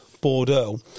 Bordeaux